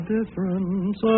difference